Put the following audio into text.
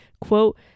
Quote